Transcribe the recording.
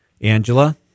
Angela